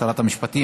שרת המשפטים,